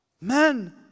Men